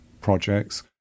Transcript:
projects